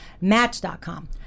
match.com